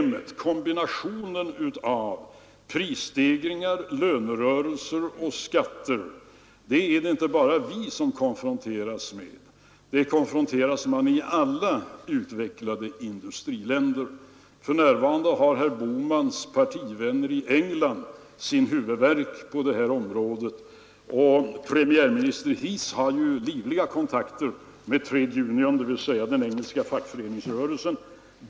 Men kombinationen prisstegringar, lönerörelser och skatter är ett problem som inte bara vi konfronteras med. Det konfronteras man med i alla utvecklade industriländer. För närvarande har herr Bohmans partivänner i England sin huvudvärk på det området, och premiärminister Heath har livliga kontakter med Trade Unions, dvs. den engelska fackföreningsrörelsen.